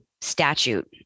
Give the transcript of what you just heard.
statute